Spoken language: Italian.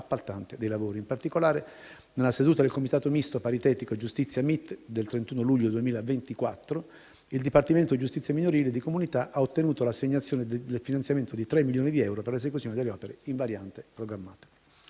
appaltante dei lavori. In particolare, nella seduta del Comitato misto paritetico giustizia/MIT del 31 luglio 2024, il Dipartimento per la giustizia minorile e di comunità ha ottenuto l'assegnazione del finanziamento di 3 milioni di euro per l'esecuzione delle opere in variante programmate.